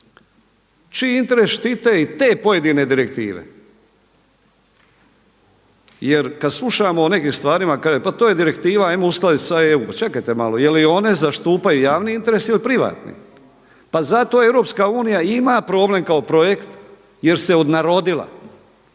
čiji interes štite i te pojedine direktive. Jer kad slušamo o nekim stvarima, kaže pa to je direktiva, hajmo uskladiti sa EU. Pa čekajte malo, je li one zastupaju javni interes ili privatni. Pa zato EU ima problem kao projekt jer se odnarodila,